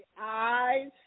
eyes